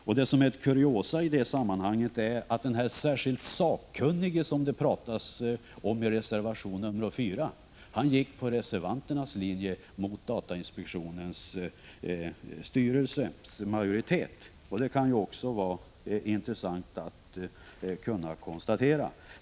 Ett kuriosum i det sammanhanget är att den särskilt sakkunnige som det talas 3 om i reservation nr 4 följde reservanternas linje mot majoriteten i datainspektionens styrelse. Det kan också vara intressant att konstatera.